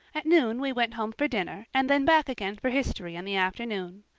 at noon we went home for dinner and then back again for history in the afternoon.